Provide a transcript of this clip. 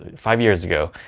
five years ago.